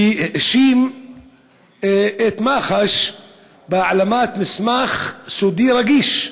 שהאשים את מח"ש בהעלמת מסמך סודי, רגיש,